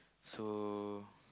so